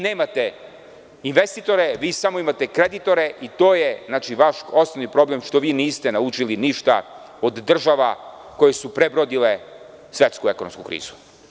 Nemate investitore, samo imate kreditore i to je vaš osnovni problem, što niste ništa naučili od država koje su prebrodile svetsku ekonomsku krizu.